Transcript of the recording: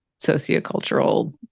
sociocultural